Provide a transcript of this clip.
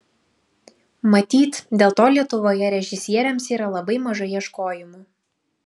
matyt dėl to lietuvoje režisieriams yra labai mažai ieškojimų